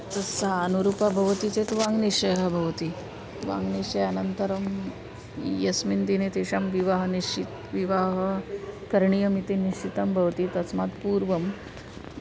सा अनुरूपा भवति चेत् वाङ्निश्चयः भवति वाङ्निश्चयानन्तरं यस्मिन् दिने तेषां विवाहनिश्चितः विवाहः करणीयमिति निश्चितं भवति तस्मात् पूर्वं